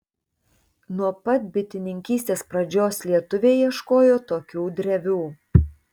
nuo pat bitininkystės pradžios lietuviai ieškojo tokių drevių